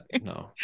no